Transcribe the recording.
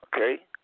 Okay